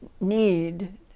need